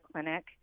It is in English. clinic